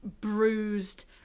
bruised